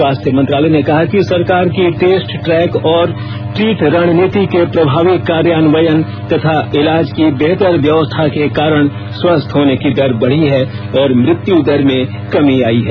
स्वास्थ्य मंत्रालय ने कहा कि सरकार की टेस्ट ट्रैक और ट्रीट रणनीति के प्रभावी कार्यान्वयन तथा इलाज की बेहतर व्यवस्था के कारण स्वस्थ होने की दर बढी है और मृत्यु दर में कमी आई है